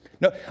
No